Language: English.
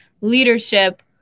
leadership